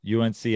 UNC